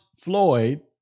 Floyd